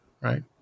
right